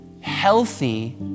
healthy